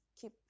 keep